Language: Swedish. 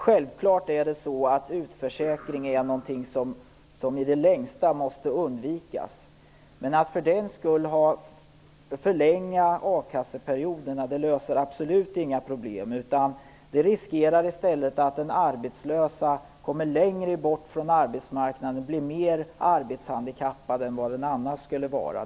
Självfallet är utförsäkring något som i det längsta måste undvikas, men att för den skull förlänga a-kasseperioderna löser absolut inga problem, utan risken blir i stället att den arbetslöse kommer längre bort från arbetsmarknaden, blir mer arbetshandikappad än vad han eller hon annars skulle vara.